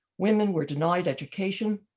women were denied education,